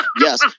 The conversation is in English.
yes